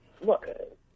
Look